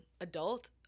adult